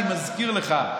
אני מזכיר לך,